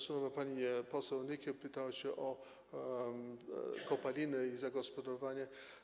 Szanowna pani poseł Nykiel pytała się o kopaliny i zagospodarowanie.